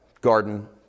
garden